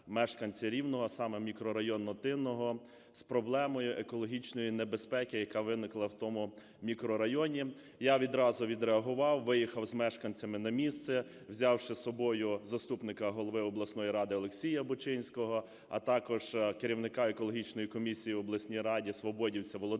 мешканці Рівного, саме мікрорайону Тинного, з проблемою екологічної небезпеки, яка виникла в тому мікрорайоні. Я відразу відреагував, виїхав з мешканцями на місце, взявши з собою заступника голови обласної ради Олексія Бучинського, а також керівника екологічної комісії в обласній раді свободівця Володимира